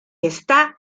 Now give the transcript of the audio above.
está